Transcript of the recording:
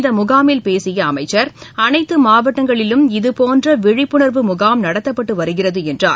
இந்த முகாமில் பேசிய அமைச்சர் அனைத்து மாவட்டங்களிலும் இதபோன்ற விழிப்புனர்வு முகாம் நடத்தப்பட்டு வருகிறது என்றார்